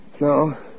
No